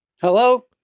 Hello